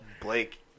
Blake